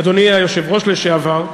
אדוני היושב-ראש לשעבר,